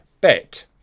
bet